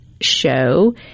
show